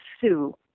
sue